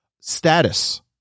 status